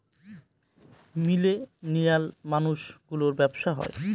millennial মানুষ গুলোর ব্যাবসা হয়